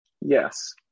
Yes